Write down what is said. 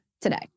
today